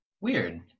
Weird